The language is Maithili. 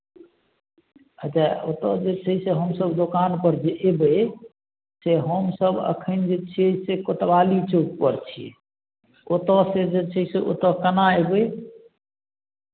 अच्छा ओतय जे छै से हमसभ दोकानपर जे अयबै से हमसभ एखन जे छियै से कोतवाली चौकपर छी ओतयसँ जे छै से ओतय केना अयबै